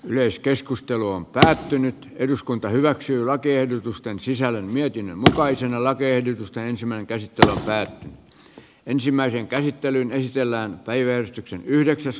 yleiskeskustelu on päättynyt eduskunta hyväksyy lakiehdotusten sisällön vietin mustalaisen alla muutenhan tämä lainsäädäntöpaketti oli jälleen kerran aivan hyvä